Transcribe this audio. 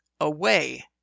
away